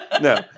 No